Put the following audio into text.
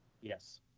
Yes